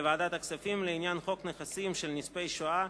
ולוועדת הכספים לעניין חוק נכסים של נספי השואה